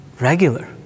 regular